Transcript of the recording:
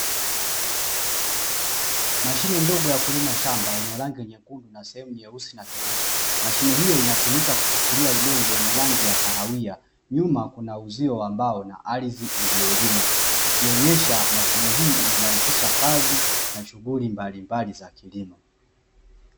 Mashine ndogo ya kulima shamba yenye rangi nyekundu na sehemu nyeusi na kijivu. Mashine hiyo inatumika kutifulia udongo wenye rangi ya kahawia, nyuma kuna uzio wa mbao na ardhi iliyolimwa, ikionyesha mashine hii imerahisisha kazi na shughuli mbalimbali za kilimo.